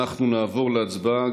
אנחנו נעבור להצבעה.